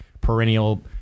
perennial